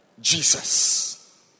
Jesus